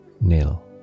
nil